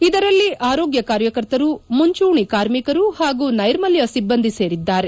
ಇದರಲ್ಲಿ ಆರೋಗ್ಯ ಕಾರ್ಯಕರ್ತರು ಮುಂಚೂಣಿ ಕಾರ್ಮಿಕರು ಹಾಗೂ ನೈರ್ಮಲ್ವ ಸಿಬ್ಬಂದಿ ಸೇರಿದ್ದಾರೆ